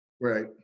Right